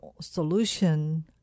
solution